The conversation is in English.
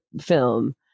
film